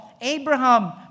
Abraham